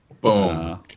Boom